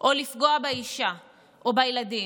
או לפגוע באישה או בילדים.